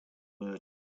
merchant